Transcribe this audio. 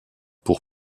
pour